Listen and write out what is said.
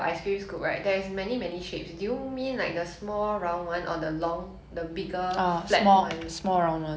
okay then the small one small round one with the the lever to scoop it out of the scoop